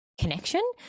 connection